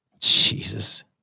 Jesus